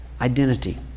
identity